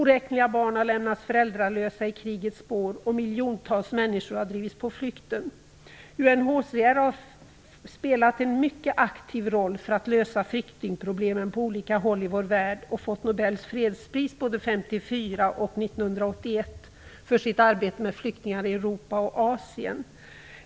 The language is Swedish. Oräkneliga barn har lämnats föräldralösa i krigets spår, och miljontals människor har drivits på flykten. UNHCR har spelat en mycket aktiv roll för att lösa flyktingproblemen på olika håll i vår värld och fått Nobels fredspris både 1954 och 1981 för sitt arbete med flyktingarna i Europa och Asien.